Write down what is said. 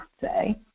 say